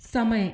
समय